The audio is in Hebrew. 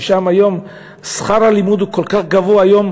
ששם שכר הלימוד כל כך גבוה היום.